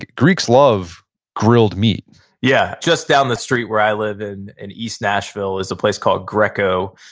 greeks love grilled meat yeah, just down the street where i live in and east nashville is a place called greco,